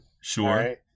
sure